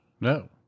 No